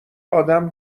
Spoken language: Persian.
آدم